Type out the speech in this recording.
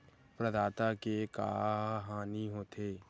प्रदाता के का हानि हो थे?